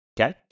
Okay